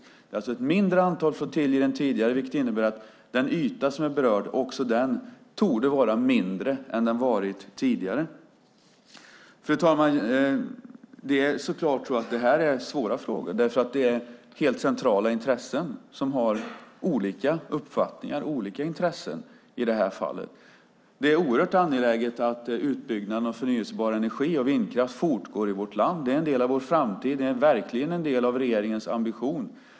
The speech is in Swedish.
Det är alltså ett mindre antal flottiljer än tidigare, vilket innebär att den yta som är berörd torde vara mindre än den varit tidigare. Fru talman! Dessa frågor är så klart svåra. Det är nämligen helt centrala intressen som har olika uppfattningar och olika intressen i detta fall. Det är oerhört angeläget att utbyggnaden av förnybar energi och vindkraft fortgår i vårt land. Det är en del av vår framtid och verkligen en del av regeringens ambition.